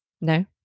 No